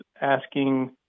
asking